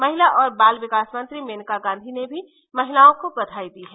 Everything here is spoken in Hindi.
महिला और बाल विकास मंत्री मेनका गांधी ने भी महिलाओं को बधाई दी है